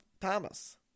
Thomas